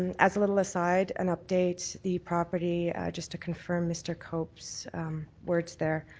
and as a little aside, an update, the property just to confirm mr. cope's words there,